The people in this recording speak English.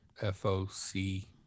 F-O-C